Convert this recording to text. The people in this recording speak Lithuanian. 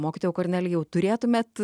mokytojau kornelijau turėtumėt